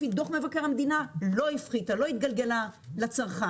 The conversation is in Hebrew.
לפי דוח מבקר המדינה, לא התגלגלה לצרכן.